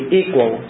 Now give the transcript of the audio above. equal